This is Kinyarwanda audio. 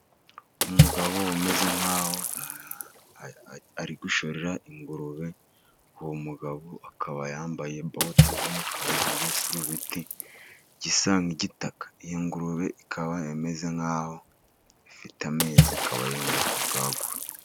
Umugabo umeze nk'aho ari gushorera ingurube. Uwo mugabo akaba yambaye bote z'umukara, n'igisarubeti gisa n'igitaka. Iyo ngurube ikaba imeze nk'aho ifite amezi ikaba yenda ku bwagura.